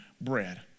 bread